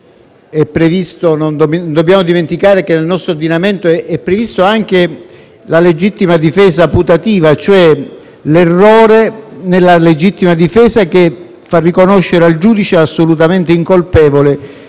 Non dobbiamo dimenticare, tra l'altro, che nel nostro ordinamento è prevista anche la legittima difesa putativa, cioè l'errore nella legittima difesa che fa riconoscere al giudice assolutamente incolpevole